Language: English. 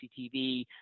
CCTV